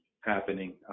happening